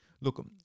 Look